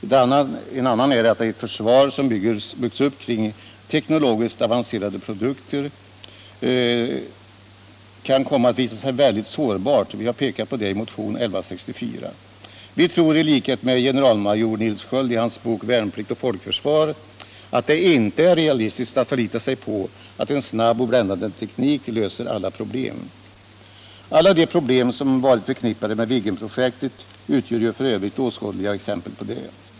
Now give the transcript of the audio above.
En annan är att ett försvar som byggs upp kring teknologiskt avancerade produkter kan komma att visa sig väldigt sårbart; vi har pekat på det i motionen 1164: Vi tror i likhet med generalmajor Nils Sköld i hans bok ”Värnplikt och folkförsvar” att det inte är realistiskt att förlita sig på att en snabb och bländande teknik löser alla problem. Alla de problem som varit förknippade med Viggenprojektet utgör ju f. ö. åskådliga exempel på detta.